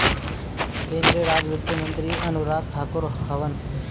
केंद्रीय राज वित्त मंत्री अनुराग ठाकुर हवन